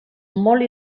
molt